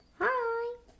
Hi